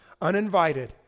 uninvited